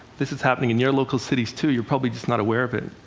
this is happening in your local cities too, you're probably just not aware of it.